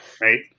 right